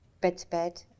bed-to-bed